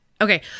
Okay